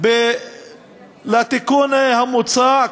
על התיקון המוצע.